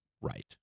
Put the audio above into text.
right